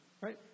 right